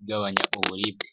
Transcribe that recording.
igabanya uburibwe.